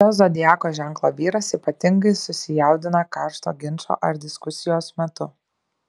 šio zodiako ženklo vyras ypatingai susijaudina karšto ginčo ar diskusijos metu